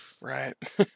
Right